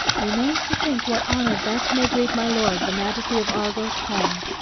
remains to think what honour best may greet my lord, the majesty of argos, home.